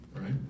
right